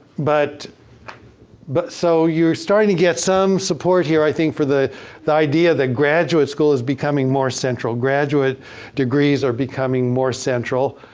but but so, you're starting to get some support here i think for the the idea that graduate school is becoming more central. graduate degrees are becoming more central.